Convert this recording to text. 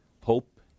Hope